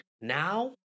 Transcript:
now